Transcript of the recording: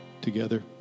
together